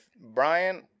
Brian